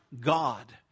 God